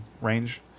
range